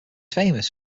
famous